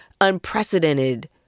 unprecedented